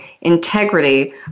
integrity